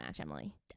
Emily